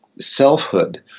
selfhood